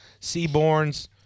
Seaborns